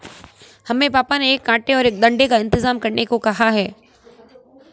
हमें पापा ने एक कांटे और एक डंडे का इंतजाम करने को कहा है